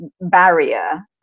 barrier